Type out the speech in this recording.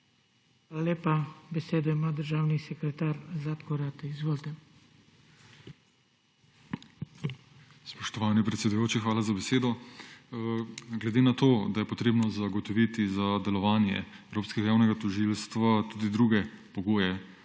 lepa. Besedo ima državni sekretar Zlatko Ratej. Izvolite. **ZLATKO RATEJ:** Spoštovani predsedujoči, hvala za besedo. Glede na to, da je potrebno zagotoviti za delovanje Evropskega javnega tožilstva tudi druge pogoje,